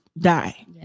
die